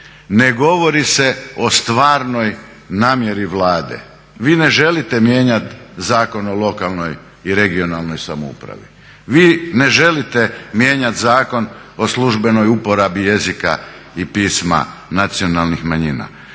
Ne govori se o stvarnoj namjeri Vlade. Vi ne želite mijenjati Zakon o lokalnoj i regionalnoj samoupravi. Vi ne želite mijenjati Zakon o službenoj uporabi jezika i pisma nacionalnih manjina.